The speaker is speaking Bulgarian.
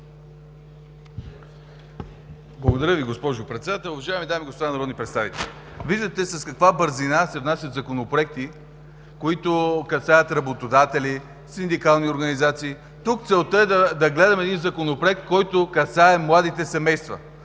Благодаря Ви, госпожо Председател. Уважаеми дами и господа народни представители! Виждате с каква бързина се внасят законопроекти, които касаят работодатели, синдикални организации. Тук целта е да гледаме Законопроект, който касае младите семейства.